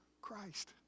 Christ